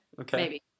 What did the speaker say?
Okay